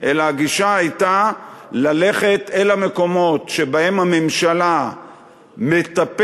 אלא הגישה הייתה ללכת אל המקומות שבהם הממשלה מטפלת